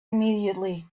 immediately